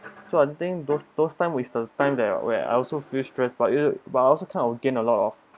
so I think those those time is the time that I where I also feel stressed but it but I also gain a lot of